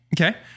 Okay